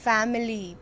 Family